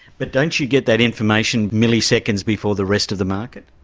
but don't you get that information milliseconds before the rest of the market?